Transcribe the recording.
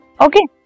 Okay